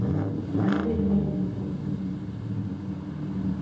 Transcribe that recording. ᱚᱱᱟ ᱜᱮᱞᱤᱧ ᱢᱮᱱ